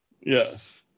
Yes